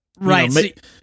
Right